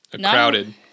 crowded